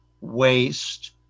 waste